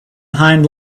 hind